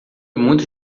muito